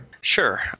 Sure